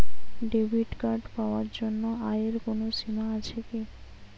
Debit card পাওয়ার জন্য আয়ের কোনো সীমা আছে কি?